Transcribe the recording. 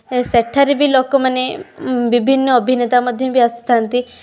ସେଠାରେ ବି ଲୋକମାନେ ବିଭିନ୍ନ ଅଭିନେତା ମଧ୍ୟ ବି ଆସିଥାନ୍ତି